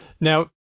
Now